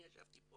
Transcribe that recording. אני ישבתי פה